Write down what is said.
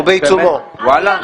וואלה?